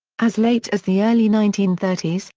as late as the early nineteen thirty s,